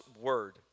word